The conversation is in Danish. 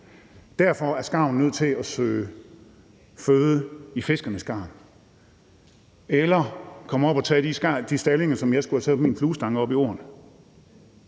Derfor er skarven nødt til at søge føde i fiskernes garn eller komme og tage de stalling, som jeg skulle have taget med min fluestang oppe i åen.